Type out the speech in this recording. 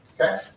Okay